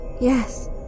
Yes